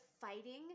fighting